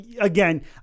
again